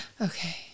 Okay